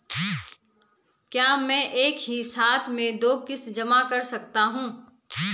क्या मैं एक ही साथ में दो किश्त जमा कर सकता हूँ?